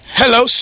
hello